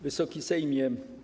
Wysoki Sejmie!